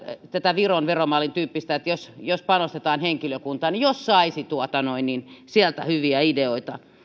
tätä viron veromallin tyyppistä että panostetaan henkilökuntaan jos saisi sieltä hyviä ideoita